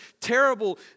terrible